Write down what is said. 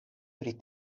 pri